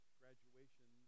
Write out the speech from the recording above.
graduation